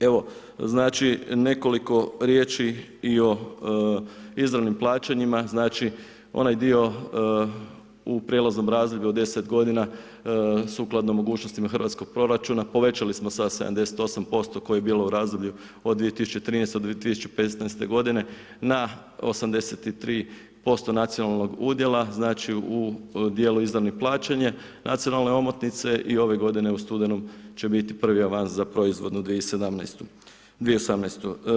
Evo, znači nekoliko riječi i o izravnim plaćanjima, znači onaj dio u prijelaznom razdoblju od 10 godina sukladno mogućnostima hrvatskog proračuna povećali smo sa 78% koje je bilo u razdoblju od 2013. do 2015. godine na 83% nacionalnog udjela, znači u djelu izravno plaćanje, nacionalne omotnice i ove godine u studenom će biti prvi avans za proizvodnu 2018.